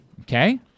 Okay